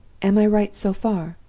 am i right so far